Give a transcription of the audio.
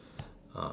ah